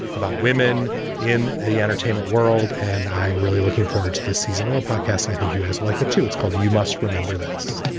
about women in the entertainment world. and i'm really looking forward to this season on the podcast. i think you have like a two it's called you must remember this,